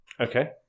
Okay